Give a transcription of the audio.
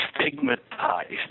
stigmatized